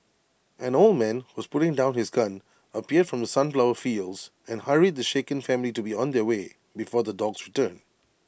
an old man who was putting down his gun appeared from the sunflower fields and hurried the shaken family to be on their way before the dogs return